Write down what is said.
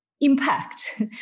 impact